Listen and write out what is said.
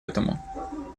этому